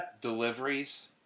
deliveries